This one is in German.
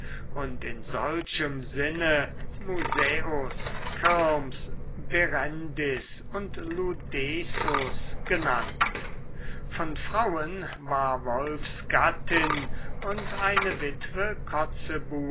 und in solchem sinne musäus kirms berendis und ludecus genannt von frauen war wolfs gattin und eine witwe kotzebue